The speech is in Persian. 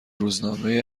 روزنامه